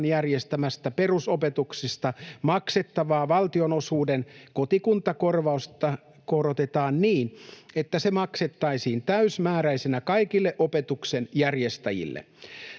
järjestämästä perusopetuksesta maksettavaa valtionosuuden kotikuntakorvausta korotetaan niin, että se maksettaisiin täysmääräisenä kaikille opetuksenjärjestäjille.